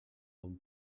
bon